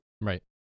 Right